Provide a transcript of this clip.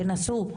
תנסו,